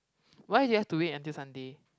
why do you have to wait until Sunday